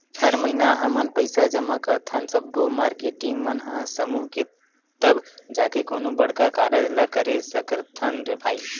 हर महिना हमन पइसा जमा करथन सब्बो मारकेटिंग मन ह समूह के तब जाके कोनो बड़का कारज ल करे सकथन रे भई